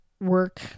work